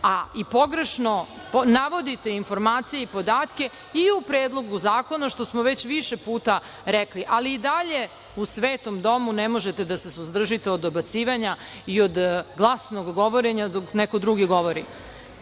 i pogrešno navodite informacije i podatke i u Predlogu zakona, što smo već više puta rekli, ali i dalje u svetom domu ne možete da se suzdržite od dobacivanja i od glasnog govorenja dok neko drugi govori. Što